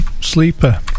sleeper